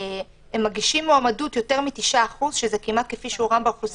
יותר מ-9% מהם מגישים מועמדות,